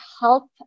help